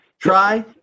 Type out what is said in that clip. Try